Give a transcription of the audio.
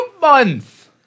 month